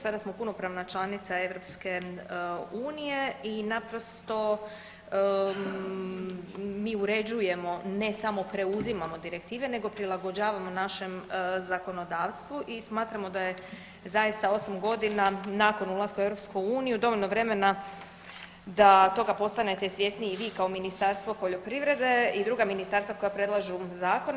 Sada smo punopravna članica EU i naprosto mi uređujemo ne samo preuzimamo direktive nego prilagođavamo našem zakonodavstvu i smatramo da je zaista 8 godina nakon ulaska u EU dovoljno vremena da toga postanete svjesni i vi kao Ministarstvo poljoprivrede i druga ministarstva koja predlažu zakone.